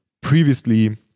previously